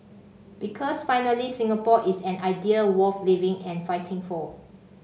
because finally Singapore is an idea worth living and fighting for